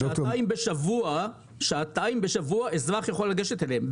סליחה, שעתיים בשבוע אזרח יכול לגשת אליהם.